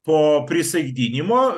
po prisaikdinimo